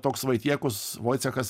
toks vaitiekus voicechas